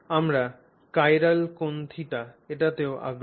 আমরা চিরাল কোণ θ এটিতেও আগ্রহী